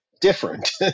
different